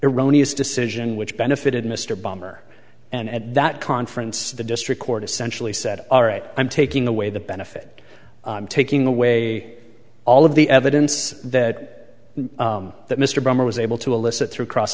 iranis decision which benefited mr bomber and at that conference the district court essentially said all right i'm taking away the benefit taking away all of the evidence that that mr brymer was able to elicit through cross